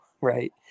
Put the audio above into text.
right